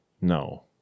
No